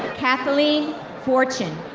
kathleen fortune.